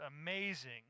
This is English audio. amazing